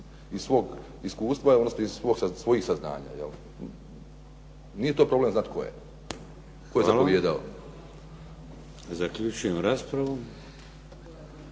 iz svog iskustva, odnosno iz svojih saznanja. Nije to problem znati tko je, tko je zapovijedao. **Šeks,